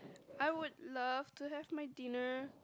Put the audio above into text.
I would love to have my dinner